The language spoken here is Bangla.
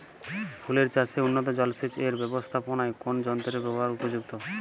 ফুলের চাষে উন্নত জলসেচ এর ব্যাবস্থাপনায় কোন যন্ত্রের ব্যবহার উপযুক্ত?